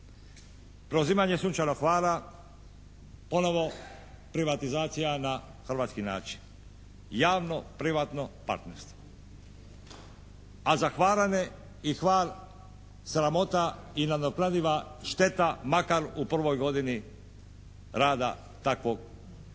Preuzimanje "Sunčanog Hvara" ponovo privatizacija na hrvatski način, javno privatno partnerstvo, a za Hvarane i Hvar sramota i nenadoknadiva šteta makar u prvoj godini rada takvoj preuzimanog